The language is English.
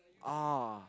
ah